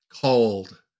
called